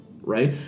right